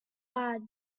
bad